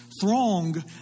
throng